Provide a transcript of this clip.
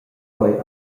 quei